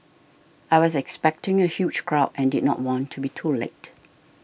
I was expecting a huge crowd and did not want to be too late